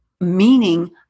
meaning